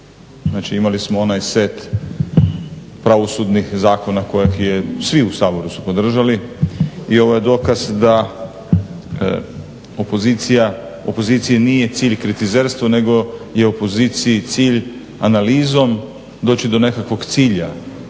Znači, imali smo onaj set pravosudnih zakona koje su svi u Saboru podržali i ovo je dokaz da opoziciji nije cilj kritizerstvo nego je opoziciji cilj analizom doći do nekakvog cilja.